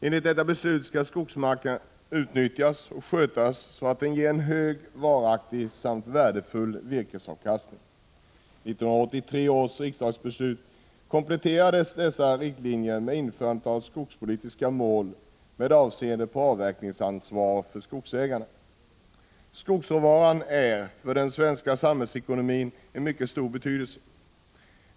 Enligt detta beslut skall skogsmarken utnyttjas och skötas så, att den ger en hög och varaktig samt värdefull virkesavkastning. 1983 års riksdagsbeslut kompletterade dessa riktlinjer genom införande av skogspolitiska mål med 17 Skogsråvaran är för den svenska samhällsekonomin av mycket stor betydelse.